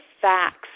facts